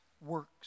works